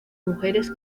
mujeres